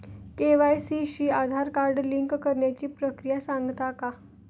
KYC शी Aadhaar card link करण्याची प्रक्रिया सांगता का?